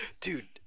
Dude